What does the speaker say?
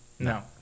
No